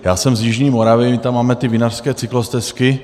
Já jsem z jižní Moravy, my tam máme ty vinařské cyklostezky.